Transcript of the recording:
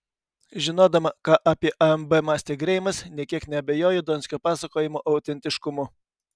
žinodama ką apie amb mąstė greimas nė kiek neabejoju donskio pasakojimo autentiškumu